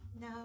No